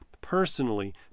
personally